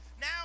now